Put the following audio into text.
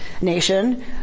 nation